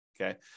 Okay